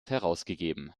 herausgegeben